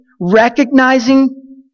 recognizing